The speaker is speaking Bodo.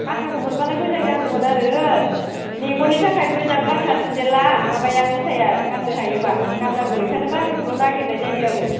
बाटाखौ मोनबालाय मोजां जागौमोन आरो मेगननि थाखाय मोजां बाटा सिन्देलआ माबाया जुथाया गाननो हायोबा गाननांगौ बेखायनो बाटाखौल' नागिरनाय जायो आङो